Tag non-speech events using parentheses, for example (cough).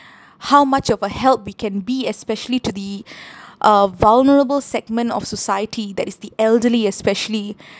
how much of a help we can be especially to the (breath) uh vulnerable segment of society that is the elderly especially